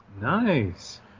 Nice